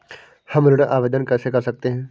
हम ऋण आवेदन कैसे कर सकते हैं?